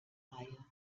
reihe